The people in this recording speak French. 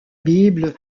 bible